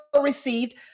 received